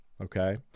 okay